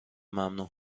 ممنون